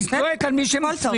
אני צועק על מי שמפריע.